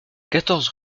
quatorze